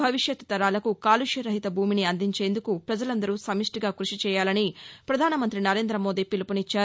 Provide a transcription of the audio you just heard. భవిష్యత్ తరాలకు కాలుష్య రహిత భూమిని అందించేందుకు పజలందరూ సమష్టిగా కృషి చేయాలని ప్రపధానమంతి నరేందమోదీ పిలుపునిచ్చారు